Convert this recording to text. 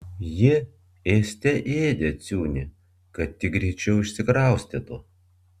ji ėste ėdė ciunį kad tik greičiau išsikraustytų